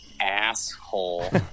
asshole